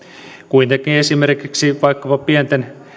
kuitenkin esimerkiksi vaikkapa pienten